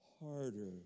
harder